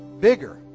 bigger